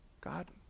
God